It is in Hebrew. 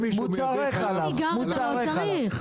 חלב ניגר לא צריך.